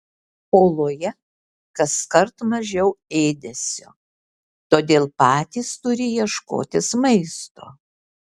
oloje kaskart mažiau ėdesio todėl patys turi ieškotis maisto